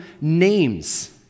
names